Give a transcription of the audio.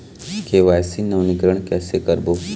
KYC नवीनीकरण कैसे करबो?